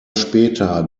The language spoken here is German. später